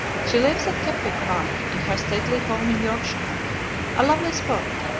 she lives at kepwick park, in her stately home in yorkshire a lovely spot,